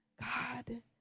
God